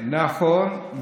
נכון,